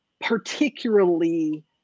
particularly